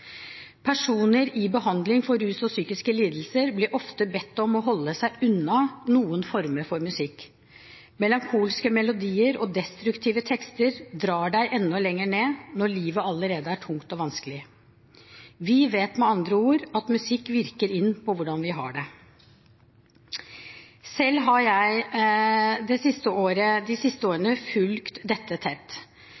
Personer i behandling for rus og psykiske lidelser blir ofte bedt om å holde seg unna noen former for musikk. Melankolske melodier og destruktive tekster drar deg enda lenger ned når livet allerede er tungt og vanskelig. Vi vet med andre ord at musikk virker inn på hvordan vi har det. Selv har jeg de siste årene fulgt dette tett.